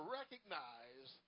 recognize